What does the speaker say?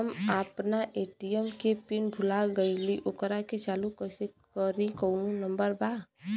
हम अपना ए.टी.एम के पिन भूला गईली ओकरा के चालू कइसे करी कौनो नंबर बा?